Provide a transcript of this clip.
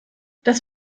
das